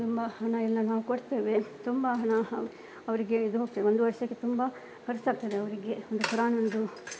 ನಮ್ಮ ಹಣಯೆಲ್ಲ ನಾವು ಕೊಡ್ತೇವೆ ತುಂಬ ಹಣ ಅವರಿಗೆ ಇದು ಹೋಗ್ತದೆ ಒಂದು ವರ್ಷಕ್ಕೆ ತುಂಬ ಖರ್ಚಾಗ್ತದೆ ಅವ್ರಿಗೆ ಒಂದು ಕುರಾನ್ ಒಂದು